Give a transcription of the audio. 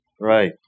Right